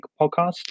Podcast